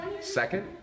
Second